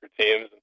teams